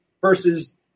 versus